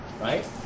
Right